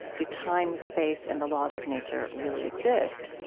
do time, space, and the laws of nature really exist?